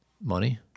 money